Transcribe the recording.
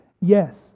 Yes